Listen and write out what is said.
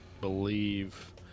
believe